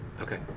Okay